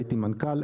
הייתי מנכ"ל,